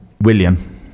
William